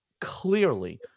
clearly